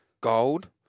gold